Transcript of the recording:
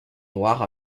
noire